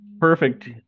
Perfect